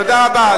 תודה רבה.